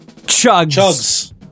Chugs